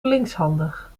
linkshandig